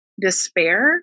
despair